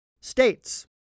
states